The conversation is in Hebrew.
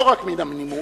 לא רק מן הנימוס,